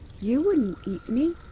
you wouldn't eat me,